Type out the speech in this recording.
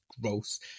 gross